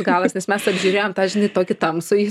galas nes ten žiūrėjom tą žinai tokį tamsųjį